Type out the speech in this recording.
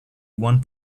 one